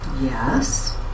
Yes